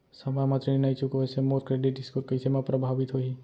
समय म ऋण नई चुकोय से मोर क्रेडिट स्कोर कइसे म प्रभावित होही?